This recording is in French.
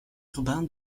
urbain